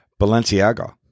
Balenciaga